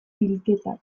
bilketak